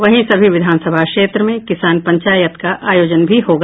वहीं सभी विधानसभा क्षेत्र में किसान पंचायत का आयोजन भी होगा